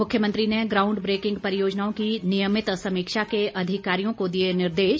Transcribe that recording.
मुख्यमंत्री ने ground breaking परियोजनाओं की नियमित समीक्षा के अधिकारियों को दिए निर्देश